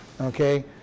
Okay